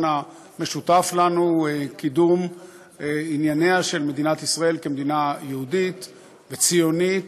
המשותף לנו: קידום ענייניה של מדינת ישראל כמדינה יהודית וציונית.